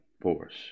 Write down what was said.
force